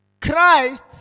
Christ